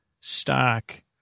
stock